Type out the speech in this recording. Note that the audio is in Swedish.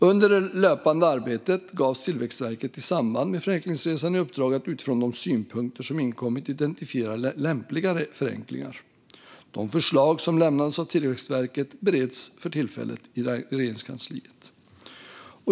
Utöver det löpande arbetet gavs Tillväxtverket i samband med Förenklingsresan i uppdrag att utifrån de synpunkter som inkommit identifiera lämpliga förenklingar. De förslag som lämnades av Tillväxtverket bereds för tillfället i Regeringskansliet.